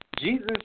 Jesus